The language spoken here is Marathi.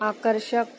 आकर्षक